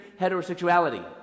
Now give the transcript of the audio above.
heterosexuality